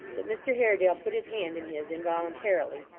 that mr haredale put his hand in his involuntarily,